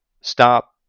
stop